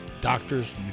doctors